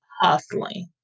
hustling